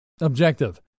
Objective